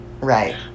right